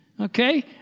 Okay